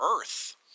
Earth